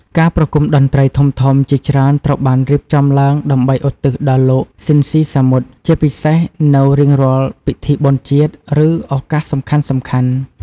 ការប្រគុំតន្ត្រីធំៗជាច្រើនត្រូវបានរៀបចំឡើងដើម្បីឧទ្ទិសដល់លោក ស៊ីន ស៊ីសាមុត ជាពិសេសនៅរៀងរាល់ពិធីបុណ្យជាតិ ឬឱកាសសំខាន់ៗ ។